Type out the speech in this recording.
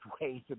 ways